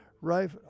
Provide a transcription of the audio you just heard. right